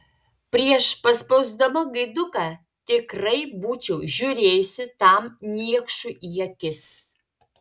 prieš paspausdama gaiduką tikrai būčiau žiūrėjusi tam niekšui į akis